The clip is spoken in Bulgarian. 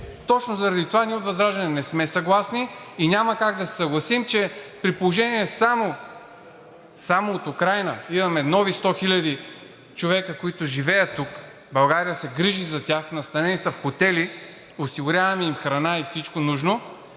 Точно заради това ние от ВЪЗРАЖДАНЕ не сме съгласни и няма как да се съгласим, при положение че само от Украйна имаме нови 100 000 човека, които живеят тук, България се грижи за тях, настанени са в хотели, осигуряваме им храна и всичко нужно